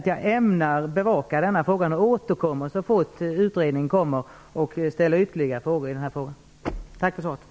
Jag ämnar bevaka denna fråga och återkomma med ytterligare frågor så fort utredningen presenteras i november. Tack för svaret.